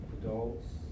adults